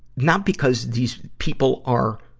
not because these people are,